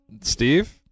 Steve